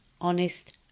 honest